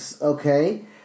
Okay